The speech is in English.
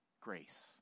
grace